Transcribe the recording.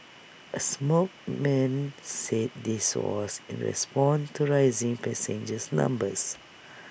A smoke man said this was in respond to rising passengers numbers